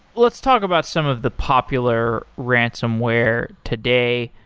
let's talk about some of the popular ransomware today.